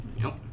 Nope